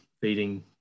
feeding